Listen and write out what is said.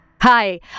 Hi